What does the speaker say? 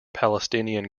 palestinian